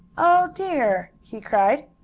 oh, dear! he cried.